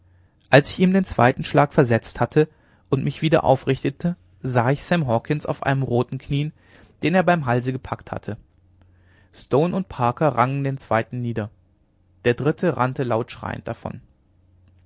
als ich ihm den zweiten schlag versetzt hatte und mich wieder aufrichtete sah ich sam hawkens auf einem roten knieen den er beim halse gepackt hatte stone und parker rangen den zweiten nieder der dritte rannte laut schreiend davon